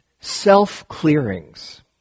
self-clearings